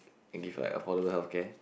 and give like affordable healthcare